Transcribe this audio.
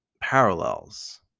parallels